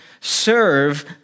Serve